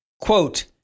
Quote